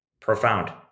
Profound